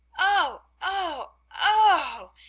oh! oh! oh!